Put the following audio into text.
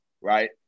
Right